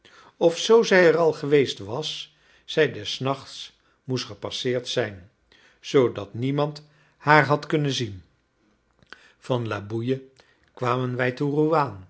zoo zij er al geweest was zij des nachts moest gepasseerd zijn zoodat niemand haar had kunnen zien van la bouille kwamen wij te rouaan